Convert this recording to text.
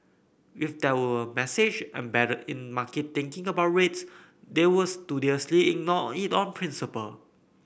if there were a message embedded in market thinking about rates they would studiously ignore it on principle